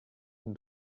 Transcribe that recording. and